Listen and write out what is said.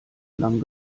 lang